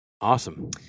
Awesome